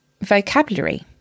vocabulary